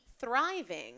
thriving